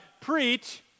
preach